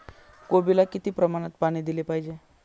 कोबीला किती प्रमाणात पाणी दिले पाहिजे?